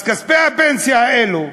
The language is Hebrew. אז כספי הפנסיה האלה,